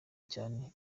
cyane